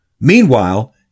Meanwhile